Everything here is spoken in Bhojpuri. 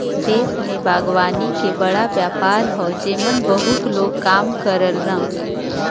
देश में बागवानी के बड़ा व्यापार हौ जेमन बहुते लोग काम करलन